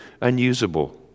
unusable